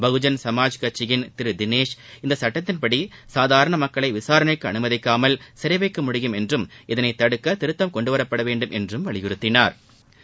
பகுஜன் சமாஜ் கட்சியின் திரு தினேஷ் இந்த சட்டத்தின்படி சாதாரண மக்களை விசாரணைக்கு அனுமதிக்காமல் சிறை வைக்க முடியும் என்றும் இதனைத் தடுக்க திருத்தம் கொண்டுவரப்பட வேண்டும் என்றும் வலிபுறுத்தினாா்